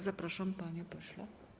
Zapraszam, panie pośle.